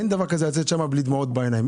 אין דבר כזה לצאת משם בלי דמעות בעיניים.